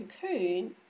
cocoon